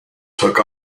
took